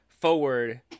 forward